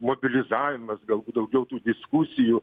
mobilizavimas galbūt daugiau tų diskusijų